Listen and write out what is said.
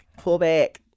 Pullback